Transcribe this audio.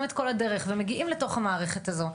את כל הדרך ומגיעים לתוך המערכת הזו,